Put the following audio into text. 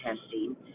testing